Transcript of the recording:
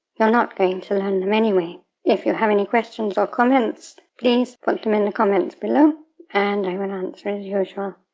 you're not going to learn them anyway. if you have any questions or comments, please put them in the comments below and i will answer as usual.